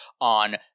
on